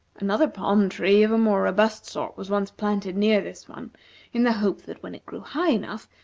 another palm-tree of a more robust sort was once planted near this one in the hope that when it grew high enough,